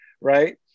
right